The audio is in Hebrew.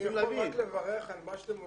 אני יכול רק לברך על מה שאתם מובילים,